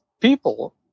people